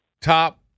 top